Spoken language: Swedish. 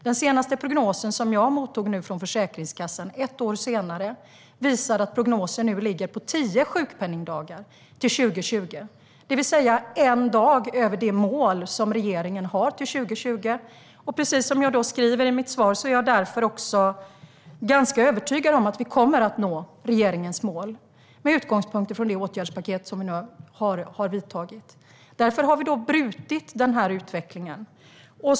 Den senaste prognos jag nu har mottagit från Försäkringskassan, ett år senare, ligger nu på 10 sjukpenningdagar år 2020, det vill säga en dag över det mål som regeringen har till 2020. Precis som jag skriver i mitt svar är jag därför ganska övertygad om att vi kommer att nå regeringens mål med utgångspunkt i det åtgärdspaket som vi nu har vidtagit. Vi har alltså brutit den negativa utvecklingen.